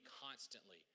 constantly